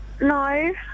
No